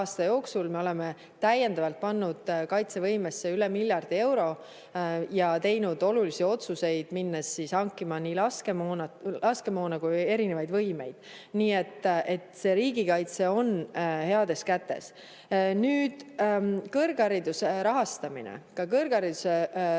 Me oleme täiendavalt pannud kaitsevõimesse üle miljardi euro ja teinud olulisi otsuseid, minnes hankima nii laskemoona kui ka erinevaid võimeid. Nii et riigikaitse on heades kätes. Nüüd, kõrghariduse rahastamine. Kõrghariduse rahastamises